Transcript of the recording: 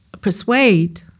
persuade